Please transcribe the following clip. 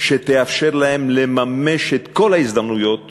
שתאפשר להם לממש את כל ההזדמנויות